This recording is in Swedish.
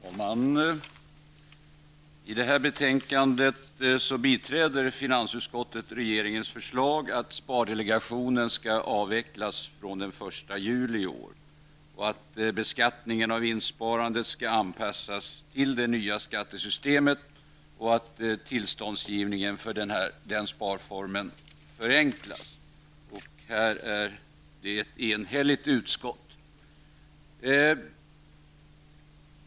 Herr talman! I det här betänkandet biträder finansutskottet regeringens förslag att spardelegationen skall avvecklas från den 1 juli i år, att beskattningen av vinstsparandet skall anpassas till det nya skattesystemet och att tillståndsgivningen för den sparformen förenklas. Här är det ett enhälligt utskott.